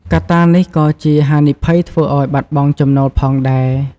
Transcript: កត្តានេះក៏ជាហានិភ័យធ្វើឱ្យបាត់បង់ចំណូលផងដែរ។